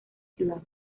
ciudad